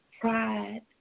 pride